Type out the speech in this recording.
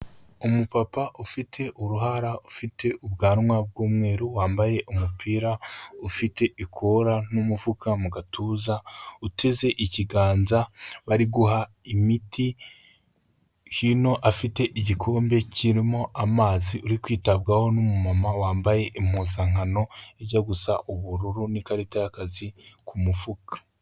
Umupapa ufite uruhara, ufite ubwanwa bw'umweru, wambaye umupira ufite ikora n'umufuka mu gatuza, uteze ikiganza bari guha imiti, hino afite igikombe kirimo amazi, uri kwitabwaho n'umumama wambaye impuzankano ijya gusa ubururu n'ikarita y'akazi ku mufuka.